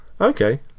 Okay